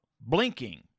blinking